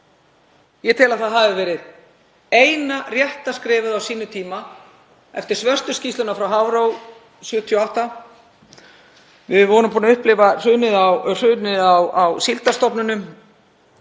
Ég tel að það hafi verið eina rétta skrefið á sínum tíma eftir svörtu skýrsluna frá Hafró 1978. Við vorum búin að upplifa hrunið á síldarstofninum